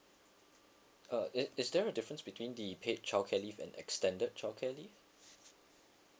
uh is is there a difference between the paid childcare leave and extended childcare leave